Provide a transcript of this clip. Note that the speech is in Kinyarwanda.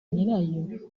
nyirayo